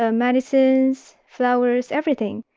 ah medicines, flowers, everything.